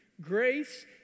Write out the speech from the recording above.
Grace